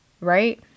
Right